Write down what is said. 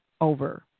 over